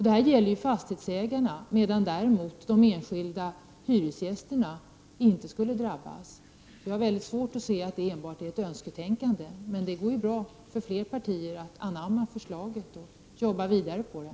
Det skulle alltså gälla fastighetsägarna, medan de enskilda, hyresgästerna, inte skulle drabbas. Jag har mycket svårt att se att det här enbart är ett önsketänkande. Det skulle ju vara möjligt för fler partier att anamma förslaget och arbeta vidare på det.